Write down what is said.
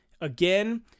again